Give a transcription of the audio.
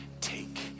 take